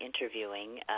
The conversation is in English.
interviewing